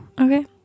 Okay